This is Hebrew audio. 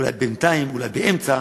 אולי בינתיים, אולי באמצע,